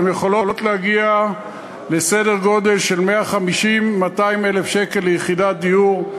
הן יכולות להגיע לסדר גודל של 150,000 200,000 שקל ליחידת דיור.